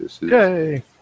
Yay